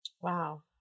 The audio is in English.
Wow